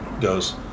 goes